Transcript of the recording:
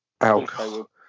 alcohol